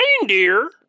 reindeer